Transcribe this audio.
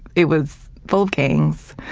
it was full of gangs.